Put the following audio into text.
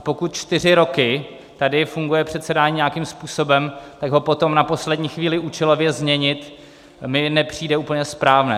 Pokud čtyři roky tady funguje předsedání nějakým způsobem, tak ho potom na poslední chvíli účelově změnit mi nepřijde úplně správné.